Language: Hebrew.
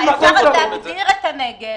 אפשר להגדיר את הנגב